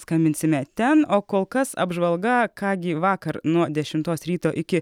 skambinsime ten o kol kas apžvalga ką gi vakar nuo dešimtos ryto iki